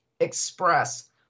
express